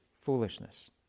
foolishness